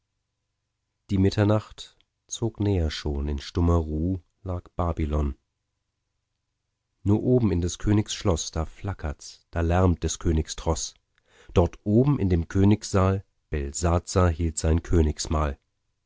die mitternacht zog näher schon in stummer ruh lag babylon nur oben in des königs schloß da flackerts da lärmt des königs troß dort oben in dem königssaal belsazar hielt sein königsmahl